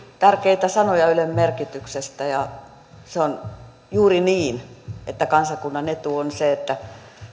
tärkeitä sanoja ylen merkityksestä ja se on juuri niin että kansakunnan etu on se että